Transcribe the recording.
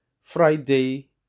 Friday